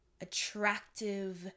attractive